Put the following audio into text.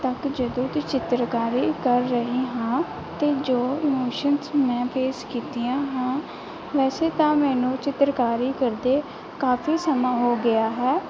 ਤੱਕ ਜਦੋਂ ਦੀ ਚਿੱਤਰਕਾਰੀ ਕਰ ਰਹੀ ਹਾਂ ਅਤੇ ਜੋ ਇਮੋਸ਼ਨਸ ਮੈਂ ਫੇਸ ਕੀਤੀਆਂ ਹਾਂ ਵੈਸੇ ਤਾਂ ਮੈਨੂੰ ਚਿੱਤਰਕਾਰੀ ਕਰਦੇ ਕਾਫੀ ਸਮਾਂ ਹੋ ਗਿਆ ਹੈ